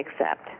accept